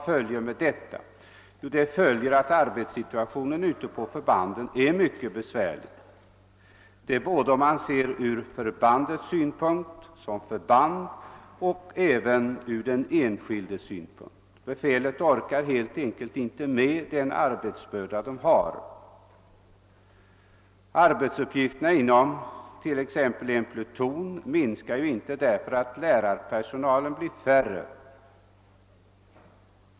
Följden är att arbetssituartionen ute på förbanden är mycket besvärlig, både ur förbandens synpunkt och ur den enskildes synpunkt, Befälet orkar helt enkelt inte med arbetsbördan. Arbetsuppgifterna inom t.ex. en pluton minskar ju inte därför att lärarpersonalens antal minskar.